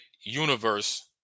universe